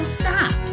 stop